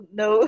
no